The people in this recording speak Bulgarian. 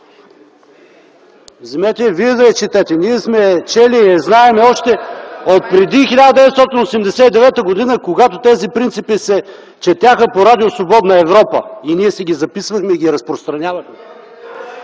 Вземете я Вие да я четете! Ние сме я чели и я знаем още отпреди 1989 г., когато тези принципи се четяха по радио „Свободна Европа” – ние си ги записвахме и ги разпространявахме!